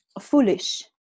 Foolish